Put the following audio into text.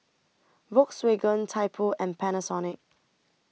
Volkswagen Typo and Panasonic